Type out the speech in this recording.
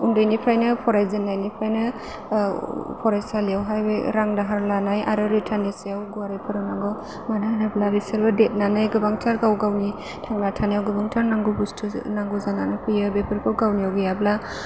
उन्दैनिफ्रायनो फरायजेननायनिफ्रायनो फरायसालियावहाय बे रां दाहार लानाय आरो रिटार्ननि सायाव गुवारै फोरोंनांगौ मानो होनोब्ला बिसोरबो देरनानै गोबांथार गाव गावनि थांना थानायाव गोबांथार नांगौ बुस्थु नांगौ जानानै फैयो बेफोरखौ गावनियाव गैयाब्ला